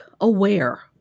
aware